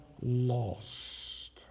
lost